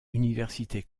université